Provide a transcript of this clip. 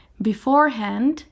Beforehand